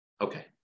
Okay